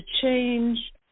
change